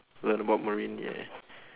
learn about marine yeah